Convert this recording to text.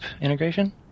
integration